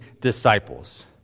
disciples